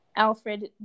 Alfred